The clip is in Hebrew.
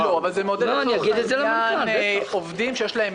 לא, אבל זה מעודד לצורך העניין עובדים שיש להם